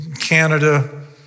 Canada